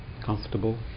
comfortable